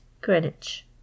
Greenwich